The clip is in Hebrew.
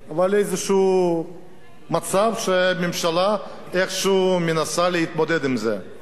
אבל איזשהו מצב שהממשלה איכשהו מנסה להתמודד עם זה.